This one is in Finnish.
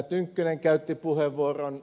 tynkkynen käytti puheenvuoron